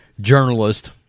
journalist